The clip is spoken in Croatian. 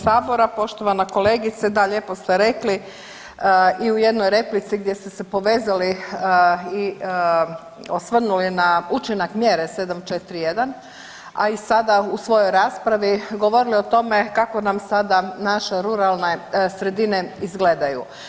Poštovana kolegice, da lijepo ste rekli i u jednoj replici gdje ste se povezali i osvrnuli na učinak mjere 741., a i sada u svojoj raspravi govorili o tome kako nam sada naše ruralne sredine izgledaju.